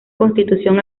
constitución